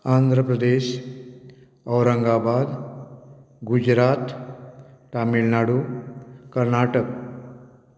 Andhra Pradesh Aurangabad Gujarat Tamil Nadu Karnataka